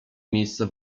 miejsce